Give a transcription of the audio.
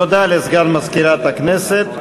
תודה לסגן מזכירת הכנסת.